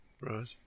Right